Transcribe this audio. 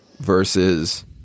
versus